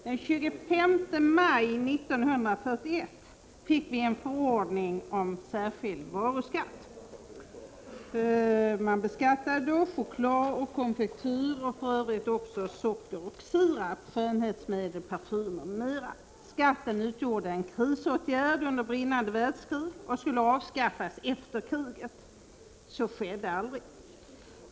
Den 25 maj 1941 fick vi en förordning om särskild varuskatt på chokladoch konfektyrvaror. Man beskattade då också socker och sirap, skönhetsmedel, parfymer, m.m. Skatten utgjorde en krisåtgärd under brinnande världskrig och skulle avskaffas efter kriget. Så skedde aldrig.